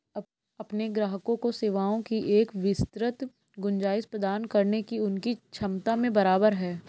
अपने ग्राहकों को सेवाओं की एक विस्तृत गुंजाइश प्रदान करने की उनकी क्षमता में बराबर है